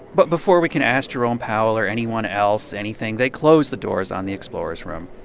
but before we can ask jerome powell or anyone else anything, they close the doors on the explorers room.